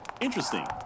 Interesting